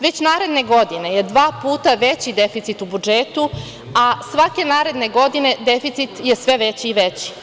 Već naredne godine je dva puta veći deficit u budžetu, a svake naredne godine deficit je sve veći i veći.